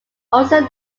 also